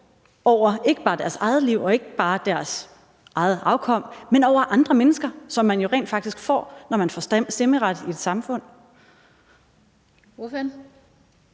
magt, ikke bare over deres eget liv og ikke bare over deres eget afkom, men over andre mennesker, hvilket man jo rent faktisk får, når man får stemmeret i et samfund?